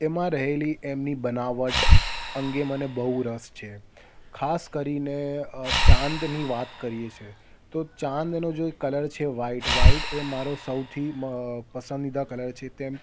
એમાં રહેલી એમની બનાવટ અંગે મને બહુ રસ છે ખાસ કરીને ચાંદની વાત કરીએ છે તો ચાંદનો જે કલર છે વ્હાઇટ વ્હાઇટ એ મારો સૌથી પસંદીદા કલર છે તેમ